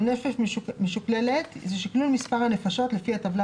"נפש משוקללת" שקלול מספר הנפשות לפי הטבלה